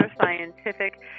scientific